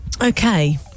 Okay